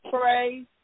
pray